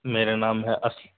میرا نام ہے